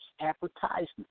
advertisements